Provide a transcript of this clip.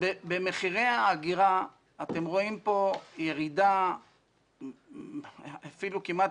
במחירי האגירה אתם רואים כאן ירידה אפילו כמעט